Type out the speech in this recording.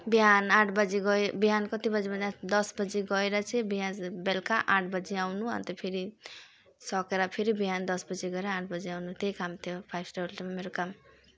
बिहान आठ बजे गयो बिहान कति बजे भन्दा दस बजेर गएर चाहिँ बिहान बेलुका आठ बजे आउनु अनि त फेरि सकेर फेरि बिहान दस बजे गएर आठ बजे आउनु त्यही काम थियो फाइभ स्टार होटेलमा मेरो काम